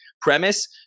premise